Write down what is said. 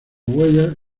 huellas